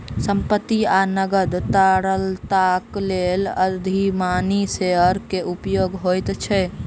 संपत्ति आ नकद तरलताक लेल अधिमानी शेयर के उपयोग होइत अछि